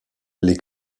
les